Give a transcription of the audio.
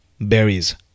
berries